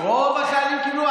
רוב החיילים קיבלו.